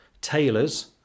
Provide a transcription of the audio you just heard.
tailors